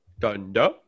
Thunder